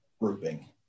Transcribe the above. grouping